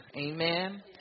Amen